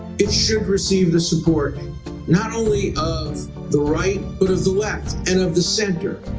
it should receive the support and not only of the right but of the left and of the center.